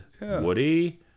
Woody